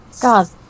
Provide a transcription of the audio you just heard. God